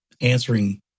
answering